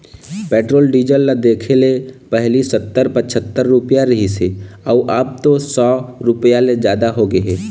petrol diesel ल देखले पहिली सत्तर, पछत्तर रूपिया रिहिस हे अउ अब तो सौ रूपिया ले जादा होगे हे